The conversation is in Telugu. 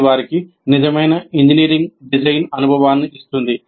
ఇది వారికి నిజమైన ఇంజనీరింగ్ డిజైన్ అనుభవాన్ని ఇస్తుంది